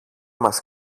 μας